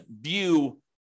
view